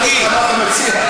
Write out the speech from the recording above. תשובת השר.